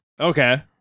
Okay